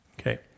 Okay